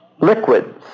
liquids